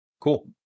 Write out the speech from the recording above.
Cool